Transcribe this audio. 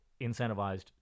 incentivized